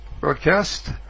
broadcast